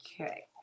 okay